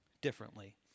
differently